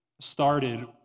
started